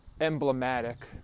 emblematic